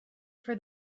for